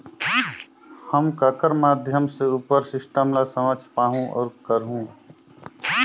हम ककर माध्यम से उपर सिस्टम ला समझ पाहुं और करहूं?